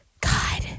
god